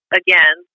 again